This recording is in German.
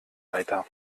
weiter